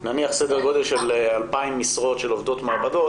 בסדר גודל של 2,000 משרות של עובדי מעבדה